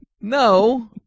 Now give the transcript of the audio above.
no